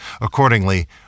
Accordingly